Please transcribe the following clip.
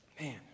Man